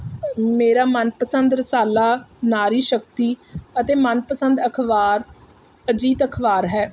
ਮੇਰਾ ਮਨਪਸੰਦ ਰਸਾਲਾ ਨਾਰੀ ਸ਼ਕਤੀ ਅਤੇ ਮਨਪਸੰਦ ਅਖਬਾਰ ਅਜੀਤ ਅਖਬਾਰ ਹੈ